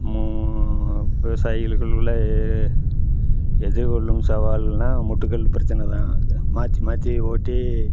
விவசாயிகளுக்குள்ள எதிர்கொள்ளும் சவால்னா முட்டுக்கல் பிரச்சனை தான் மாற்றி மாற்றி ஓட்டி